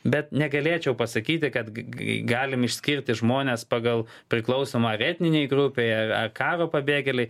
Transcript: bet negalėčiau pasakyti kad galim išskirti žmones pagal priklausomą ar etninėj grupėj ar karo pabėgėliai